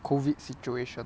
COVID situation